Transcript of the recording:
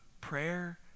prayer